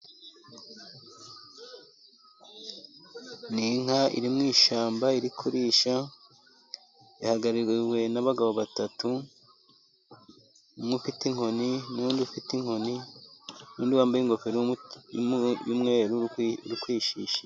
Ni inka iri mu ishyamba iri kurisha, ihagarariwe n'abagabo batatu, ufite inkoni n'undi ufite inkoni, n'undi wambaye ingofero y'umweru uri kuyishitura.